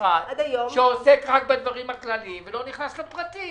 משרד שעוסק רק בדברים הכלליים ולא נכנס לפרטים.